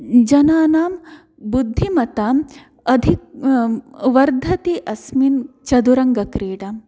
जनानां बुद्धिमत्ताम् अधिक वर्धते अस्मिन् चतुरङ्गक्रीडां